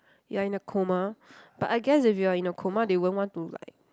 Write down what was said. you are in a coma but I guess if you are in a coma they won't want to like